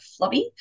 flubby